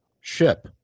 ship